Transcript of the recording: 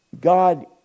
God